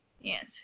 Yes